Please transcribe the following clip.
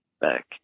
back